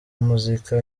muzika